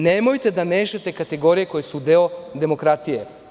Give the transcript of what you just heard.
Nemojte da mešate kategorije koje su deo demokratije.